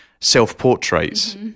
self-portraits